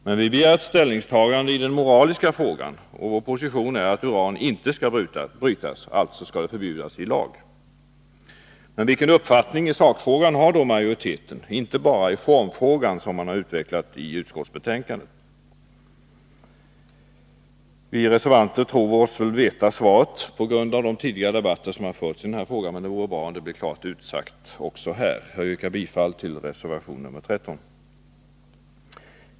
Men vi begär ett ställningstagande i den moraliska frågan, och vår position är att uran inte skall brytas — alltså skall uranbrytning förbjudas i lag. Men vilken uppfattning i sakfrågan — inte bara i formfrågan, som man utvecklat i utskottsbetänkandet — har då majoriteten? Vi reservanter tror öss på grund av de debatter som tidigare förts i den här frågan veta svaret, men det vore bra om det blev klart utsagt också här. Jag yrkar bifall till reservation 13.